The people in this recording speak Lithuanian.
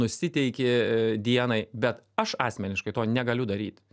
nusiteiki dienai bet aš asmeniškai to negaliu daryt